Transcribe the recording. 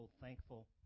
thankful